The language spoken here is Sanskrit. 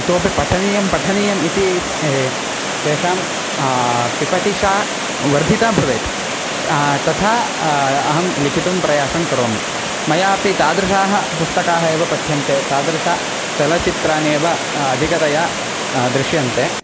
इतोऽपि पठनीयं पठनीयम् इति ये तेषां पिपठिषा वर्धिता भवेत् तथा अहं लिखितुं प्रयासङ्करोमि मयापि तादृशानि पुस्तकानि एव पठ्यन्ते तादृशानि चलच्चित्राण्येव अधिकतया दृश्यन्ते